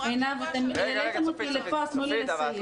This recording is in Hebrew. עינב, אתם הבאתם אותי לפה, אז תנו לי סיים: